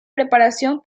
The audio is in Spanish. preparación